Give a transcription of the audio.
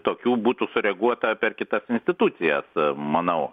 tokių būtų sureaguota per kitas institucijas manau